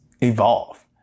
evolve